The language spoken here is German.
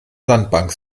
sandbank